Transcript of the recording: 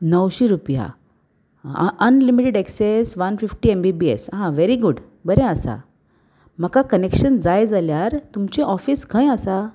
णवशीं रुपया unlimited access one fifty Mbps आ गूड बरें आसा म्हाका कनेक्शन जाय जाल्यार तुमचे ऑफीस खंय आसा